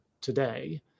today